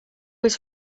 was